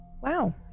Wow